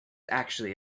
actually